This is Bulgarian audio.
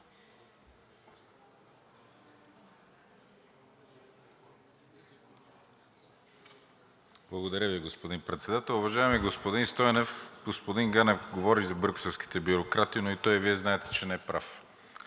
Благодаря Ви, господин Председател. Уважаеми господин Стойнев, господин Ганев говори за брюкселските бюрократи, но и той, и Вие знаете, че не е прав.